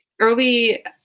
early